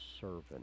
servant